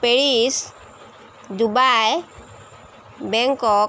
Paris Dubai Bangkok